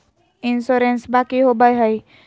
इंसोरेंसबा की होंबई हय?